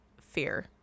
fear